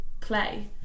play